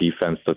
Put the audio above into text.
defense